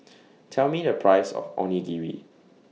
Tell Me The Price of Onigiri